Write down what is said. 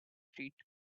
street